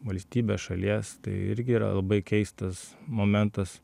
valstybės šalies tai irgi yra labai keistas momentas